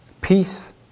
Peace